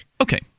Okay